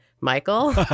Michael